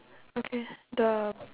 okay the